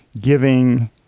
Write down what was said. giving